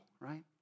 right